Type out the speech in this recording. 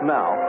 Now